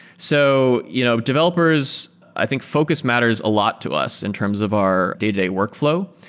so you know developers, i think focus matters a lot to us in terms of our day-to-day workflow.